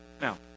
Now